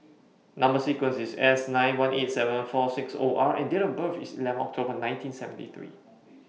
Number sequence IS S nine one eight seven four six O R and Date of birth IS eleven October nineteen seventy three